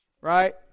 Right